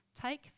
Take